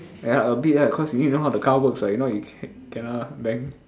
ya a bit ah cause you need to know how the car works right if not you kena bang